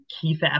Keith